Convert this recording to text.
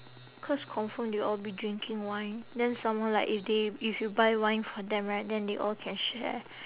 cause confirm they'll all be drinking wine then some more like if they if you buy wine for them right then they all can share